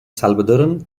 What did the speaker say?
salvadoran